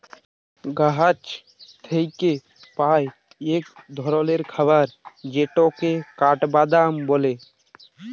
গাহাচ থ্যাইকে পাই ইক ধরলের খাবার যেটকে কাঠবাদাম ব্যলে